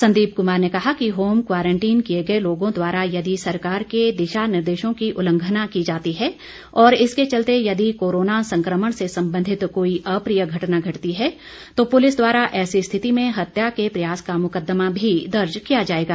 संदीप कुमार ने कहा कि होम क्वारंटीन किए गए लोगों द्वारा यदि सरकार के दिशा निर्देशों की उल्लंघना की जाती है और इसके चलते यदि कोरोना संक्रमण से संबंधित कोई अप्रिय घटना घटती है तो पुलिस द्वारा ऐसी स्थिति में हत्या के प्रयास का मुकद्दमा भी दर्ज किया जाएगा